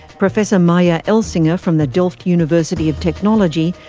professor marja elsinga from the delft university of technology,